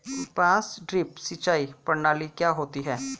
बांस ड्रिप सिंचाई प्रणाली क्या होती है?